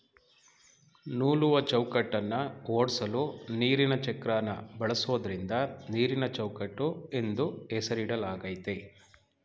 ನೂಲುವಚೌಕಟ್ಟನ್ನ ಓಡ್ಸಲು ನೀರಿನಚಕ್ರನ ಬಳಸೋದ್ರಿಂದ ನೀರಿನಚೌಕಟ್ಟು ಎಂದು ಹೆಸರಿಡಲಾಗಯ್ತೆ